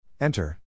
Enter